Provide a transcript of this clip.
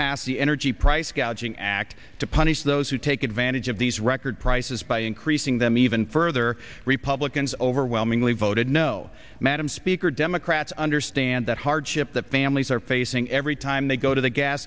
passed the energy price gouging act to punish those who take advantage of these record prices by increasing them even further republicans overwhelmingly voted no madam speaker democrats understand that hardship that families are facing every time they go to the gas